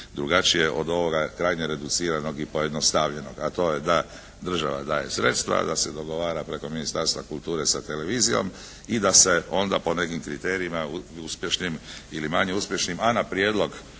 drugačije od ovoga, krajnje reduciranog i pojednostavljenog, a to je da država daje sredstva, da se dogovara preko Ministarstva kulture sa Televizijom i da se onda po nekim kriterijima uspješnim ili manje uspješnim, a na prijedlog